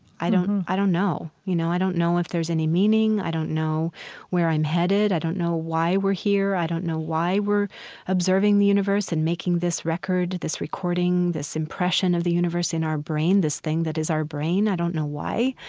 i don't i don't know. you know, i don't know if there's any any meaning. i don't know where i'm headed. i don't know why we're here. i don't know why we're observing the universe and making this record, this recording, this impression of the universe in our brain, this thing that is our brain. i don't know why,